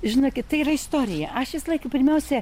žinokit tai yra istorija aš visą laiką pirmiausia